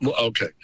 okay